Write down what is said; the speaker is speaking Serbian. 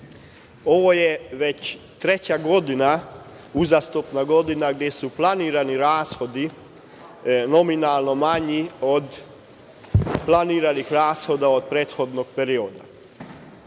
Ovo je već treća godina, uzastopna godina, gde su planirani rashodi nominalno manji od planiranih rashoda od prethodnog perioda. Ovde